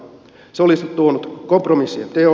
se olisi tuonut kompromissien teon